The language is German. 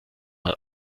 mal